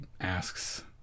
asks